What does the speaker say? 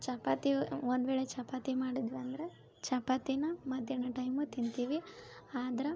ಚಪಾತಿ ಒಂದ್ವೇಳೆ ಚಪಾತಿ ಮಾಡಿದ್ವು ಅಂದರೆ ಚಪಾತಿನ ಮಧ್ಯಾಹ್ನ ಟೈಮು ತಿಂತೀವಿ ಆದ್ರ